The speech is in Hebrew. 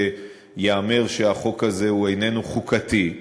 שייאמר שהחוק הזה הוא איננו חוקתי,